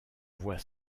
voit